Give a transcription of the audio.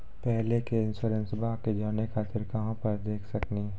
पहले के इंश्योरेंसबा के जाने खातिर कहां पर देख सकनी?